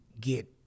get